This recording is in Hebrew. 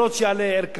כי אם עולה ערכן,